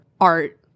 art